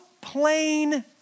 plain